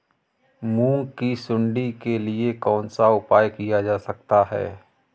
मूंग की सुंडी के लिए कौन सा उपाय किया जा सकता है?